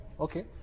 Okay